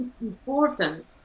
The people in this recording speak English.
important